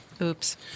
Oops